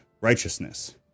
Righteousness